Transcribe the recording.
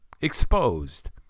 exposed